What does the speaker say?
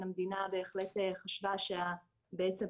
המדינה בהחלט חשבה שהאופן